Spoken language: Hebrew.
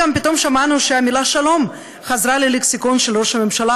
פתאום גם שמענו שהמילה שלום חזרה ללקסיקון של ראש הממשלה,